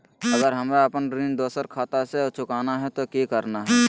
अगर हमरा अपन ऋण दोसर खाता से चुकाना है तो कि करना है?